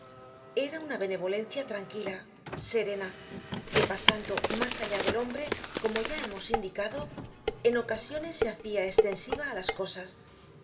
era una benevolencia tranquila serena que pasando mas allá del hombre como ya hemos indicado en ocasiones se hacia estensiva á las cosas